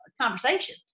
conversation